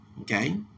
Okay